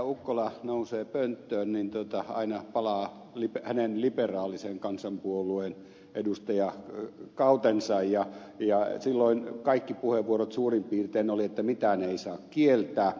ukkola nousee pönttöön niin aina palaa hänen liberaalisen kansanpuolueen edustajakautensa ja silloin kaikki puheenvuorot suurin piirtein olivat että mitään ei saa kieltää